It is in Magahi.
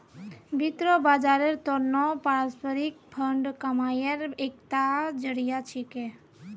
वित्त बाजारेर त न पारस्परिक फंड कमाईर एकता जरिया छिके